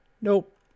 Nope